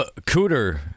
Cooter